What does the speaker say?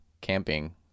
camping